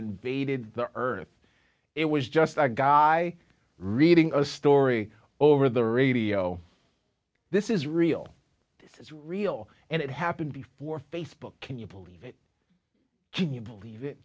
invaded the earth it was just a guy reading a story over the radio this is real this is real and it happened before facebook can you believe it can you believe